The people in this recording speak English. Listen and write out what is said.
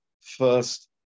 first